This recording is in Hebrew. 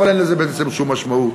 אבל אין לזה בעצם שום משמעות.